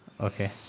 Okay